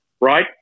right